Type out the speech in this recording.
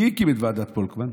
מי הקים את ועדת פולקמן?